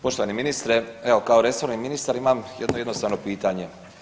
Poštovani ministre, evo kao resorni ministar imam jedno jednostavno pitanje.